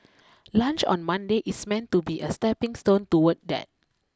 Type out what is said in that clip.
lunch on Monday is meant to be a stepping stone toward that